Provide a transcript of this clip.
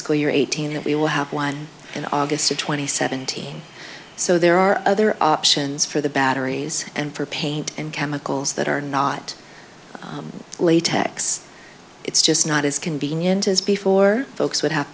year eighteen that we will have one in august or twenty seventeen so there are other options for the batteries and for paint and chemicals that are not latex it's just not as convenient as before folks would have